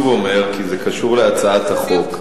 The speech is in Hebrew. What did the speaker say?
אני שוב אומר, כי זה קשור להצעת החוק.